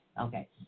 Okay